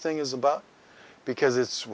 thing is about because it's